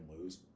lose